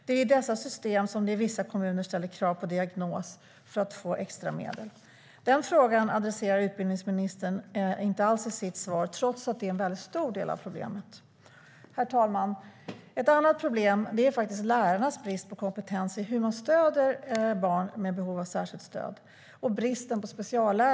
Det är i dessa system som det i vissa kommuner ställs krav på diagnos för att få extra medel. Herr talman! Ett annat problem är bristen på speciallärare samt lärarnas brist på kompetens i hur man stöder barn med behov av särskilt stöd.